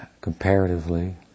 comparatively